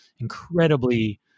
incredibly